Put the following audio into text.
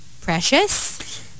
Precious